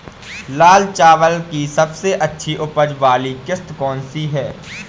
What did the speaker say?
लाल चावल की सबसे अच्छी उपज वाली किश्त कौन सी है?